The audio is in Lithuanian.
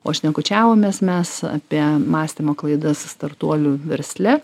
o šnekučiavomės mes apie mąstymo klaidas startuolių versle